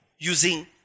Using